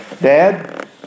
Dad